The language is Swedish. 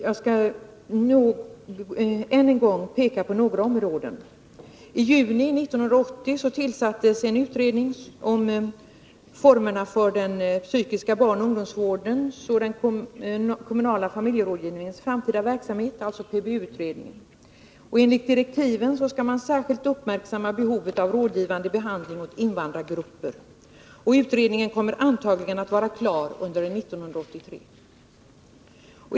Jag skall än en gång peka på några områden. I juni 1980 tillsattes en utredning om formerna för den psykiska barnoch ungdomsvårdens och den kommunala familjerådgivningens framtida verksamhet, PBU-utredningen. Enligt direktiven skall man särskilt uppmärksamma behovet av rådgivande behandling åt invandrargrupper. Utredningen kommer antagligen att vara klar under 1983.